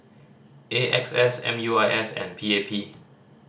A X S M U I S and P A P